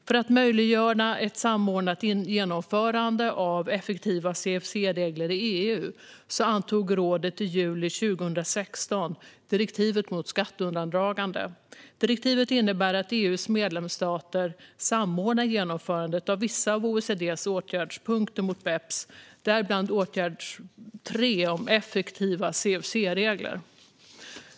För att möjliggöra ett samordnat genomförande av effektiva CFC-regler i EU antog rådet i juli 2016 direktivet mot skatteundandragande. Direktivet innebär att EU:s medlemsstater samordnar genomförandet av vissa av OECD:s åtgärdspunkter med BEPS, däribland åtgärd 3 gällande effektiva CFC-regler.